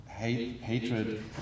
hatred